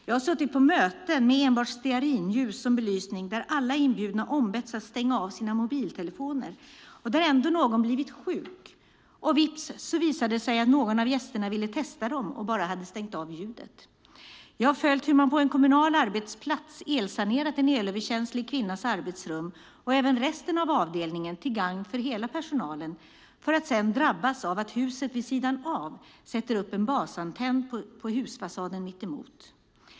Jag har suttit på möten med enbart stearinljus som belysning där alla inbjudna ombetts att stänga av sina mobiltelefoner och där ändå någon blivit sjuk. Och vips så visade det sig att någon av gästerna ville testa dem och bara hade stängt av ljudet. Jag har följt hur man på en kommunal arbetsplats elsanerat en elöverkänslig kvinnas arbetsrum och även resten av avdelningen till gagn för hela personalen för att sedan drabbas av att huset vid sidan av sätter upp en basantenn på husfasaden mittemot.